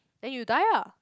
then you die lah